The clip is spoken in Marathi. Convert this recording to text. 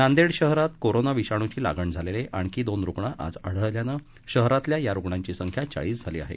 नांदेड शहरात कोरोना विषाणूची लागण झालेले आणखी दोन रुग्ण आज आढळल्यानं शहरतील या रुग्णांची संख्या चाळीस झाली आहे